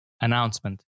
announcement